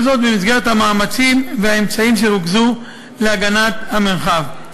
כל זאת במסגרת המאמצים והאמצעים שרוכזו להגנת המרחב.